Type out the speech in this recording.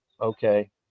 Okay